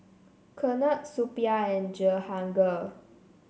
Ketna Suppiah and Jehangirr